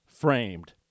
framed